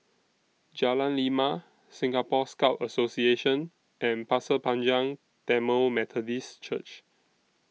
Jalan Lima Singapore Scout Association and Pasir Panjang Tamil Methodist Church